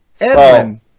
Edwin